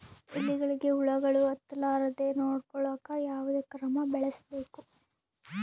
ಎಲೆಗಳಿಗ ಹುಳಾಗಳು ಹತಲಾರದೆ ನೊಡಕೊಳುಕ ಯಾವದ ಕ್ರಮ ಬಳಸಬೇಕು?